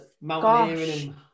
mountaineering